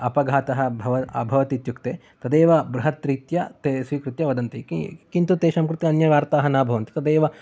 अपघातः भवत् अभवत् इत्युक्ते तदेव बृहत् रीत्या ते स्वीकृत्य वदन्ति कि किन्तु तेषां कृते अन्य वार्ताः न भवन्ति तदेव